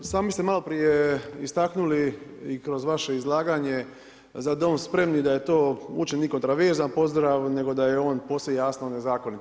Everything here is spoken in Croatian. Sami ste malo prije istaknuli i kroz vaše izlaganje „Za dom spremni“ da je uopće nije kontraverzan pozdrav nego da je on posve jasno nezakonit.